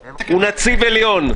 (הישיבה נפסקה בשעה 20:04 ונתחדשה בשעה 20:41.)